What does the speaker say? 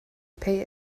pay